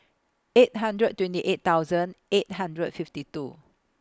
eight hundred twenty eight thousand eight hundred and fifty two